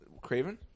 Craven